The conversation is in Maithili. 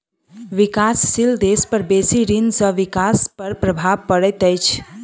विकासशील देश पर बेसी ऋण सॅ विकास पर प्रभाव पड़ैत अछि